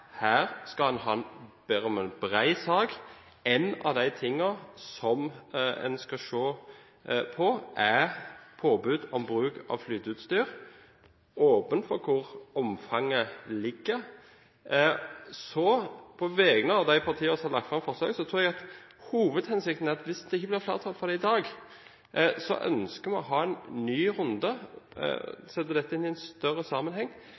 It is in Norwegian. her ber en om en bred sak. En av de tingene som en skal se på, er påbud om bruk av flyteutstyr – åpent for hvor omfanget ligger. På vegne av de partiene som har lagt fram forslaget, vil jeg si at jeg tror at hovedhensikten er at hvis det ikke blir flertall for det i dag, ønsker vi å ha en ny runde og sette dette inn i en større sammenheng,